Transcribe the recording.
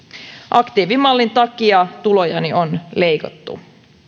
aktiivimallin takia tulojani on leikattu